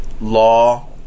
law